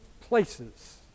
places